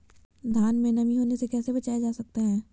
धान में नमी होने से कैसे बचाया जा सकता है?